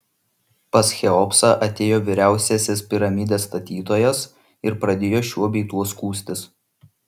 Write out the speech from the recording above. pas cheopsą atėjo vyriausiasis piramidės statytojas ir pradėjo šiuo bei tuo skųstis